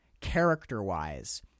character-wise